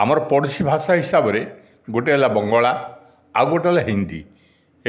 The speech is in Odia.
ଆମର ପଡ଼ୋଶୀ ଭାଷା ହିସାବରେ ଗୋଟିଏ ହେଲା ବଙ୍ଗଳା ଆଉ ଗୋଟିଏ ହେଲା ହିନ୍ଦୀ